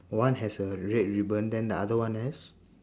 one has a red ribbon then the other one has